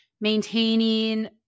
maintaining